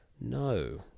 No